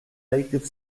native